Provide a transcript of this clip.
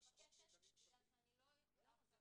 אין